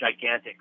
gigantic